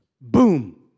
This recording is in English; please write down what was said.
boom